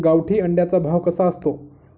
गावठी अंड्याचा भाव कसा असतो?